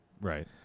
Right